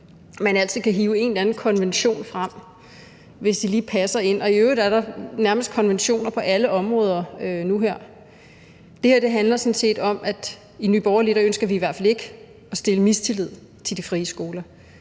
kan hive en eller anden konvention frem, hvis det lige passer ind, og i øvrigt er der nærmest konventioner på alle områder nu. Det her handler sådan set om, at vi i Nye Borgerlige ønsker i hvert fald ikke at udtrykke mistillid til de frie skoler.